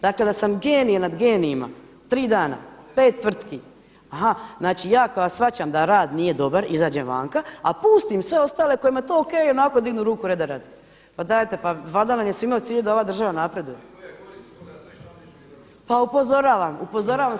Dakle da sam genije na genijima tri dana pet tvrtki, aha ja koja shvaćam da rad nije dobar izađem vanka, a pustim sve ostale kojima je to ok i onako dignu ruku reda radi. pa dajte, pa valjda vam je svima u cilju da ova država napreduje. … [[Upadica se ne razumije.]] pa upozoravam svaki tjedan.